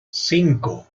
cinco